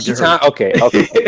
Okay